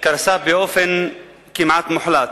קרסה באופן כמעט מוחלט.